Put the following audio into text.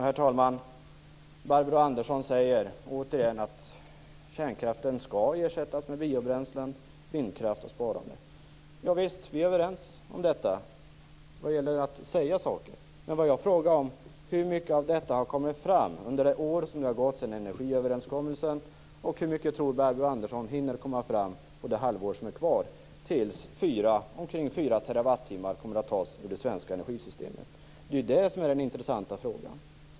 Herr talman! Barbro Andersson säger återigen att kärnkraften skall ersättas med biobränslen, vindkraft och sparande. Javisst, vi är överens om detta när det gäller att säga saker. Men vad jag frågade om var hur mycket av detta som har kommit fram under det år som har gått sedan energiöverenskommelsen och hur mycket Barbro Andersson tror hinner komma fram på det halvår som är kvar tills omkring 4 TWh kommer att tas ur det svenska energisystemet. Det är ju det som är den intressanta frågan.